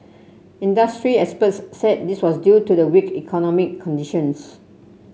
industry experts said this was due to the weak economic conditions